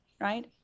right